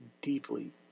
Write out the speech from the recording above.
deeply